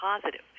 positive